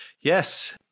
Yes